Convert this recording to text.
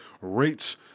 rates